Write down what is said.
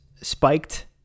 spiked